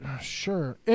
Sure